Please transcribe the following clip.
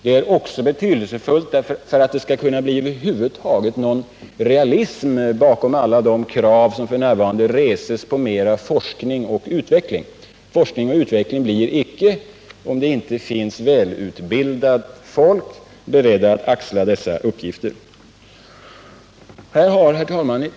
Det är också betydelsefullt för att det över huvud taget skall kunna bli någon realism bakom alla de krav som f.n. reses på mera forskning och utveckling. Forskning och utveckling blir det icke, om det inte finns välutbildade människor, beredda att axla dessa uppgifter. Herr talman!